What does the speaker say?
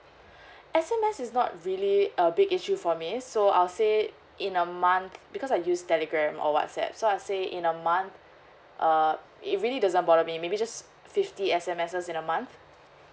S_M_S is not really a big issue for me so I'll say in a month because I use telegram or whatsapp so I say in a month uh it really doesn't bother me maybe just fifty S_M_S in a month